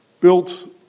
built